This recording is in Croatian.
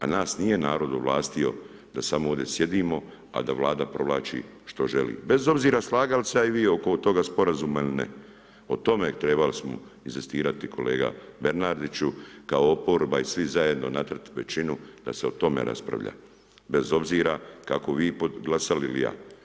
A nas nije narod ovlastio da samo ovdje sjedimo a da Vlada provlači što želi, bez obzira slagali se a i vi oko toga sporazuma ili ne, o tome trebali smo inzistirati kolega Bernardiću kao oporba i svi zajedno natjerati većinu da se o tome raspravlja bez obzira kako vi glasali ili ja.